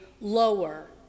lower